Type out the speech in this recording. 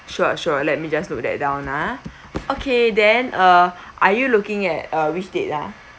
sure sure let me just note that down ah okay then uh are you looking at uh which date ah